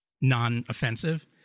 non-offensive